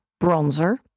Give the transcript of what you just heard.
bronzer